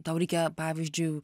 tau reikia pavyzdžiui